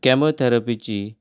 कॅमोथॅरपीची